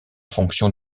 fonction